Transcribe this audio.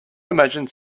imagine